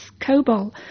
COBOL